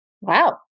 Wow